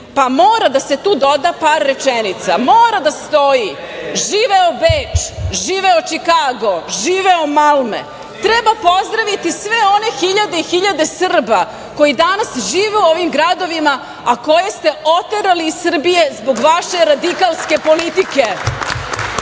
pa mora tu da se doda par rečenica. Mora da stoji – živeo Beč, živeo Čikago, živeo Malme. Treba pozdraviti sve one hiljade i hiljade Srba koji danas žive u ovim gradovima, a koje ste oterali iz Srbije zbog vaše radikalske politike.